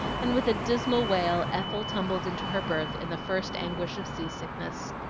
and with a dismal wail ethel tumbled into her berth in the first anguish of seasickness.